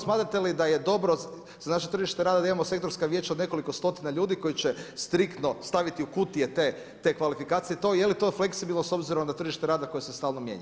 Smatrate li da je dobro da na tržištu rada imamo sektorska vijeća od nekoliko stotina ljudi koji će striktno staviti u kutije kvalifikacije, je li to fleksibilno s obzirom na tržište rada koje se stalno mijenja?